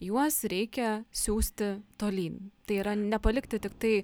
juos reikia siųsti tolyn tai yra nepalikti tiktai